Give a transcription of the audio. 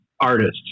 artists